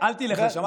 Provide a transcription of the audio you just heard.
אל תלך לשם,